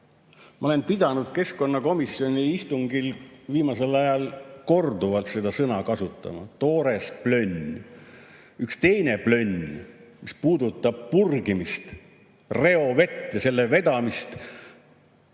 Ma olen pidanud keskkonnakomisjoni istungil viimasel ajal korduvalt neid sõnu kasutama: toores plönn. Üks teine plönn puudutab purgimist, reovett ja selle äravedamist